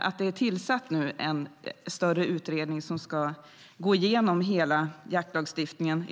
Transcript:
att det nu är tillsatt en större utredning som ska gå igenom hela jaktlagstiftningen.